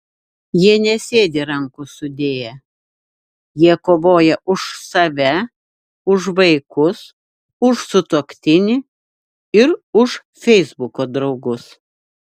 jie nesėdi rankų sudėję jie kovoja už save už vaikus už sutuoktinį ir už feisbuko draugus